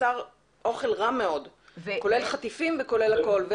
אוכל רע מאוד, כולל חטיפים וכולל הכל.